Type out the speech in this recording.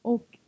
Och